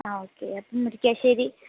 ആ ഒക്കെ അപ്പം മുരിക്കാശ്ശേരി